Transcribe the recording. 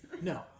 no